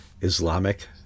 Islamic